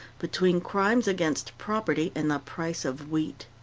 between crimes against property and the price of wheat.